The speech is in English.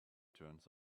turns